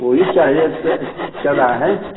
वो ही चाहिए च चल रहा है